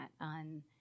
on